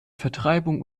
vertreibung